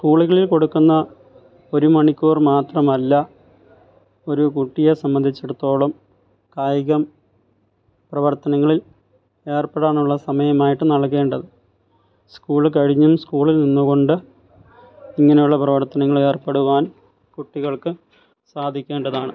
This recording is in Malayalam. സ്കൂളുകളിൽ കൊടുക്കുന്ന ഒരുമണിക്കൂർ മാത്രമല്ല ഒരു കുട്ടിയെ സംബന്ധിച്ചിടത്തോളം കായികം പ്രവർത്തനങ്ങളിൽ ഏർപ്പെടാനുള്ള സമയമായിട്ട് നൽകേണ്ടത് സ്കൂള് കഴിഞ്ഞും സ്കൂളിൽ നിന്നുകൊണ്ട് ഇങ്ങനെയുള്ള പ്രവർത്തനങ്ങളിൽ ഏർപ്പെടുവാൻ കുട്ടികൾക്ക് സാധിക്കേണ്ടതാണ്